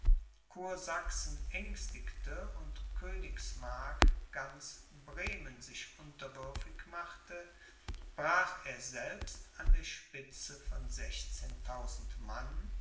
kursachsen ängstigte und königsmark ganz bremen sich unterwürfig machte brach er selbst an der spitze von sechzehntausend mann